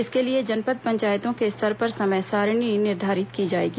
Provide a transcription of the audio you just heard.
इसके लिए जनपद पंचायतों के स्तर पर समय सारिणी निर्धारित की जाएगी